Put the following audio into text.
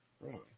Right